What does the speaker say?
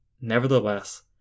Nevertheless